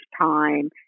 time